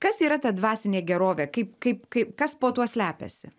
kas yra ta dvasinė gerovė kaip kaip kai kas po tuo slepiasi